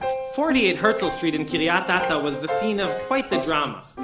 forty eight herzl st in kiryat ata was the scene of quite the drama.